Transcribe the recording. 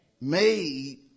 made